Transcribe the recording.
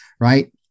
right